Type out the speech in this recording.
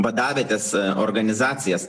vadavietes organizacijas